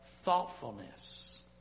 thoughtfulness